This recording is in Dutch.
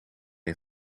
een